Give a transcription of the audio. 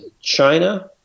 China